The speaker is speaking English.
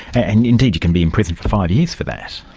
and indeed you can be in prison for five years for that.